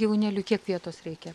vienam gyvūnėliui kiek vietos reikia